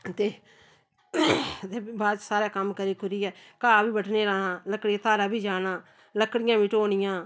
ते बाद च सारा कम्म करी कुरियै घाह् बी बड्ढने लाना लक्कड़ी धारा बी जाना लकड़ियां बी ढोनियां